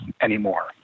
anymore